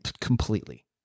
completely